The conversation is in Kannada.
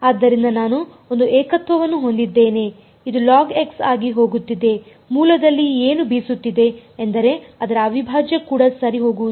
ಆದ್ದರಿಂದ ನಾನು ಒಂದು ಏಕತ್ವವನ್ನು ಹೊಂದಿದ್ದೇನೆ ಇದು ಆಗಿ ಹೋಗುತ್ತಿದೆ ಮೂಲದಲ್ಲಿ ಏನು ಬೀಸುತ್ತಿದೆ ಎಂದರೆ ಅದರ ಅವಿಭಾಜ್ಯ ಕೂಡ ಸರಿ ಹೋಗುವುದಿಲ್ಲ